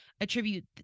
attribute